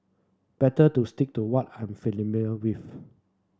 better to stick to what I'm with